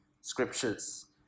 Scriptures